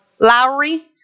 Lowry